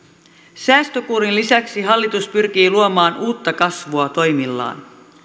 säästökuurin lisäksi hallitus pyrkii luomaan uutta kasvua toimillaan